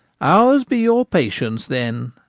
ours be your patience then,